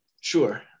Sure